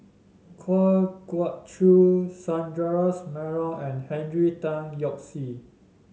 Kwa Geok Choo Sundaresh Menon and Henry Tan Yoke See